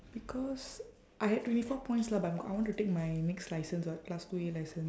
because I had twenty four points lah but I'm I want to take my next license [what] class two A license